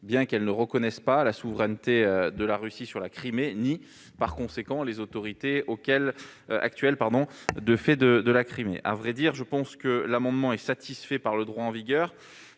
bien qu'elle ne reconnaisse pas la souveraineté de cette dernière sur la Crimée ni, par conséquent, les autorités actuelles de Crimée. À vrai dire, je pense que l'amendement est satisfait par le droit en vigueur,